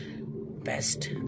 best